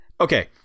okay